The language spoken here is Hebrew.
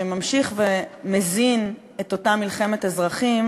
שממשיך ומזין את אותה מלחמת אזרחים